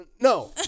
no